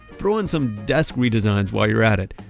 throw in some desk redesigns while you're at it.